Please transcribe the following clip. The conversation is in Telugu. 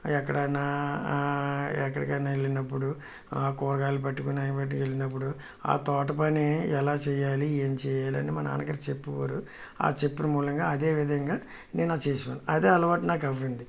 ఎక్కడన్నా ఎక్కడికైనా వెళ్ళినప్పుడు ఆ కూరగాయలు పట్టుకొని అవి పట్టుకొని వెళ్ళినప్పుడు ఆ తోట పని ఎలా చేయాలి ఏం చేయాలని అని మా నాన్నగారు చెప్పేవారు ఆ చెప్పిన మూలంగా అదే విధంగా నేను అది చేసేవాన్ని అదే అలవాటు నాకు అయ్యింది